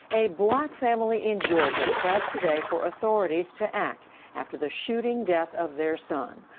a black family in georgia pressed today for authorities to act after the shooting death of their son.